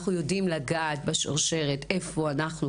אנחנו יודעים לגעת בשרשרת איפה אנחנו, כמדינה,